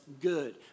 good